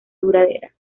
duradera